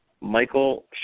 Michael